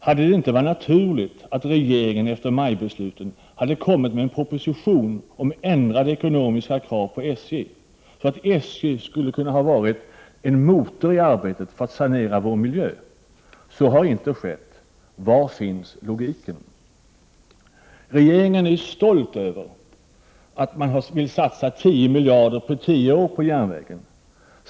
Hade det inte varit naturligt om regeringen efter majbesluten hade lagt fram en proposition om ändrade ekonomiska krav på SJ, så att SJ skulle ha kunnat vara en motor i arbetet för att sanera vår miljö. Så har inte skett. Var finns logiken? Regeringen är stolt över att den vill satsa 10 miljarder under tio år på järnvägen.